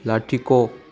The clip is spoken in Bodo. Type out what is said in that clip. लाथिख'